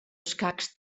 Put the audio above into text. escacs